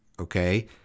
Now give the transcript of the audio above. Okay